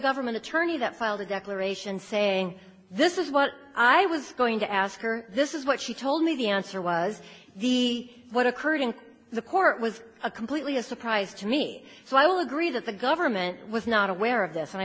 government attorney that filed a declaration saying this is what i was going to ask or this is what she told me the answer was the what occurred in the court was a completely a surprise to me so i will agree that the government was not aware of this and i